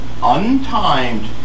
untimed